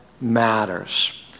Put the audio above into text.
matters